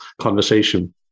conversation